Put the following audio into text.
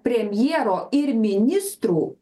premjero ir ministrų